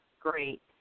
great